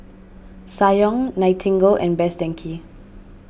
Ssangyong Nightingale and Best Denki